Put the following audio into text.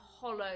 hollow